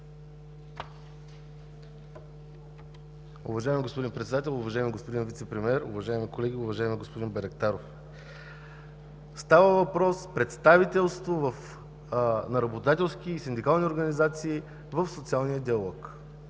Уважаеми господин Председател, уважаеми господин Вицепремиер, уважаеми колеги! Уважаеми господин Байрактаров, става въпрос за представителство на работодателски и синдикални организации в социалния диалог.